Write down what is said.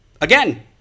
again